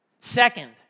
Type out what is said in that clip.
Second